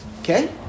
Okay